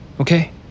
okay